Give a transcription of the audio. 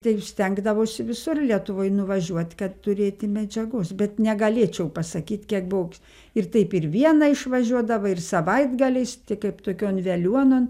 tai stengdavosi visur lietuvoj nuvažiuot kad turėti medžiagos bet negalėčiau pasakyt kiek buvau ir taip ir viena išvažiuodavai ir savaitgaliais kaip tokion veliuonon